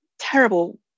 terrible